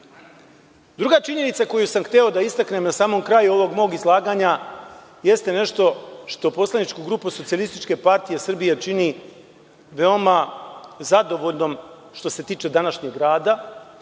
činjenica koju sam hteo da istaknem na samom kraju ovog mog izlaganja, jeste nešto što poslaničku grupu SPS čini veoma zadovoljnom što se tiče današnjeg rada,